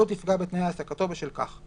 ולא תפגע בתנאי העסקתו בשל כך.